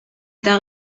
eta